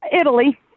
Italy